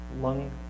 lung